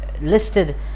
listed